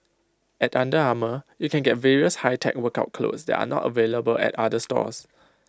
at under Armour you can get various high tech workout clothes that are not available at other stores